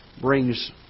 brings